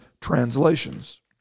translations